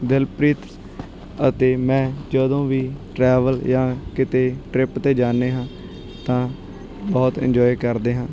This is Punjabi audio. ਦਿਲਪ੍ਰੀਤ ਅਤੇ ਮੈਂ ਜਦੋਂ ਵੀ ਟਰੈਵਲ ਜਾਂ ਕਿਤੇ ਟ੍ਰਿਪ 'ਤੇ ਜਾਂਦੇ ਹਾਂ ਤਾਂ ਬਹੁਤ ਇੰਜੋਏ ਕਰਦੇ ਹਾਂ